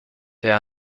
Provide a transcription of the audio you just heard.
there